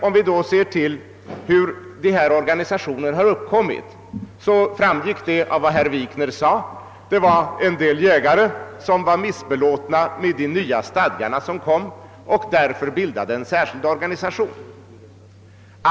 Hur splittringen i två organisationer har uppkommit framgick av vad herr Wikner sade: en del jägare var missbelåtna med de nya stadgarna och bildade därför en särskild organisation.